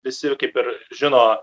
visi kaip ir žino